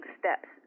steps